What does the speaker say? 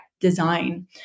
design